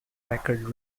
record